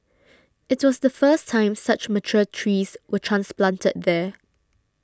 it was the first time such mature trees were transplanted there